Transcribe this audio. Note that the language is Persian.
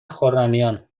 خرمیان